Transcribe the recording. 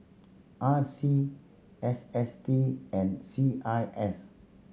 R C S S T and C I S